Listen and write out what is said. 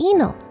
Eno